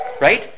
Right